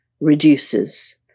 reduces